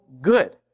good